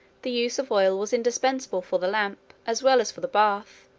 the use of oil was indispensable for the lamp, as well as for the bath